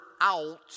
out